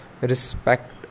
respect